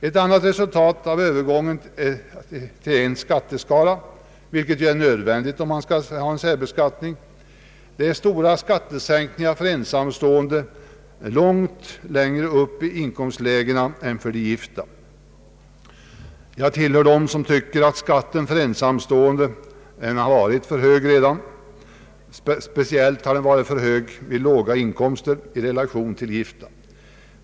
Ett annat resultat av övergången till en skatteskala, vilket är nödvändigt om man skall ha en särbeskattning, är stora skattesänkningar för ensamstående långt högre upp i inkomstlägena än för de gifta. Jag tillhör dem som tycker att skatten för ensamstående har varit för hög. Speciellt har den varit för hög vid låga inkomster i relation till gifta.